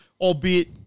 albeit